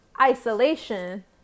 isolation